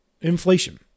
inflation